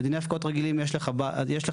בדיני הפקעות רגילים יש לך קרקע,